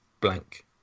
Blank